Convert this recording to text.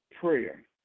prayer